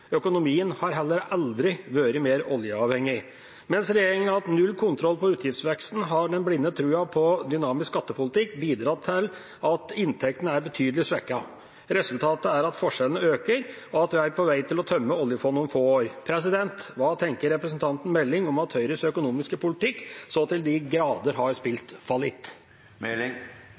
Økonomien har heller aldri vært mer oljeavhengig. Mens regjeringa har hatt null kontroll på utgiftsveksten, har den blinde troen på dynamisk skattepolitikk bidratt til at inntektene er betydelig svekket. Resultatet er at forskjellene øker, og at vi er på vei til å tømme oljefondet om få år. Hva tenker representanten Meling om at Høyres økonomiske politikk så til de grader har spilt falitt?